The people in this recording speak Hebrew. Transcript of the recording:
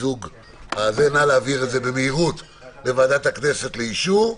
נא להעביר את זה במהירות לוועדת הכנסת לאישור,